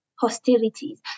hostilities